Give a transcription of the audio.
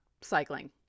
cycling